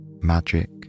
magic